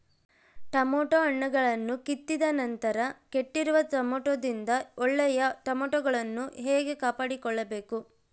Tomato ಹಣ್ಣುಗಳನ್ನು ಕಿತ್ತಿದ ನಂತರ ಕೆಟ್ಟಿರುವ ಟೊಮೆಟೊದಿಂದ ಒಳ್ಳೆಯ ಟೊಮೆಟೊಗಳನ್ನು ಹೇಗೆ ಕಾಪಾಡಿಕೊಳ್ಳಬೇಕು?